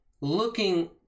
Looking